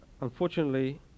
Unfortunately